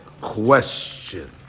question